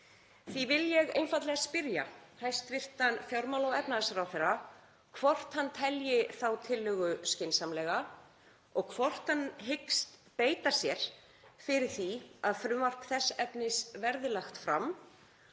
Því vil ég einfaldlega spyrja hæstv. fjármála- og efnahagsráðherra hvort hann telji þá tillögu skynsamlega og hvort hann hyggist beita sér fyrir því að frumvarp þess efnis verði lagt fram